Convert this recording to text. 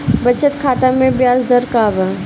बचत खाता मे ब्याज दर का बा?